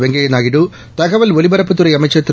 வெங்கப்யா நாயுடு தகவல் ஒலிபரப்புத்துறை அமைச்சா் திரு